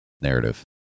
narrative